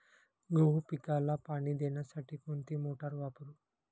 गहू पिकाला पाणी देण्यासाठी कोणती मोटार वापरू?